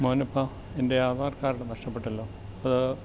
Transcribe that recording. മോനപ്പാ എൻ്റെ ആധാർ കാർഡ് നഷ്ടപ്പെട്ടല്ലോ അത്